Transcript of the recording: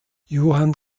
johann